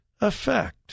effect